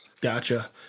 Gotcha